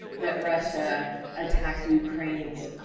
that russia attacked ukraine's